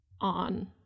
on